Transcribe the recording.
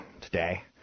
today